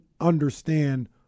understand